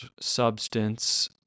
substance